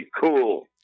cool